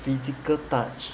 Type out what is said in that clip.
physical touch